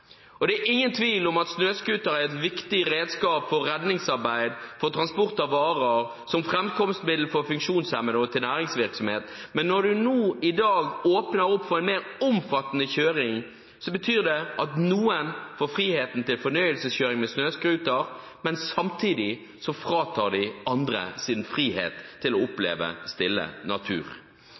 Og det er ingen tvil om at snøscooter er et viktig redskap for redningsarbeid, for transport av varer, som framkomstmiddel for funksjonshemmede og brukt til næringsvirksomhet. Men når vi nå i dag åpner opp for en mer omfattende kjøring, betyr det at noen får friheten til fornøyelseskjøring med snøscooter, men samtidig fratar de andre deres frihet til å oppleve stille natur.